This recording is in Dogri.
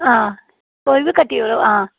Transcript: हां कोई बी कट्टी ओड़ो हां